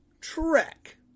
Trek